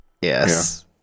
Yes